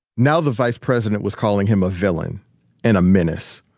now the vice president was calling him a villain and a menace.